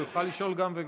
הוא יוכל לשאול גם וגם.